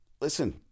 Listen